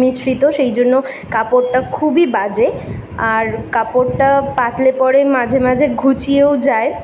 মিশ্রিত সেই জন্য কাপড়টা খুবই বাজে আর কাপড়টা পাতলে পরে মাঝে মাঝে ঘুচিয়েও যায়